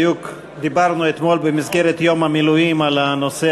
בדיוק דיברנו אתמול במסגרת יום המילואים על הנושא